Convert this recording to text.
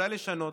אולי לשנות?